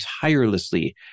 tirelessly